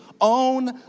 own